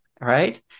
right